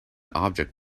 object